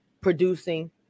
producing